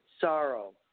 sorrow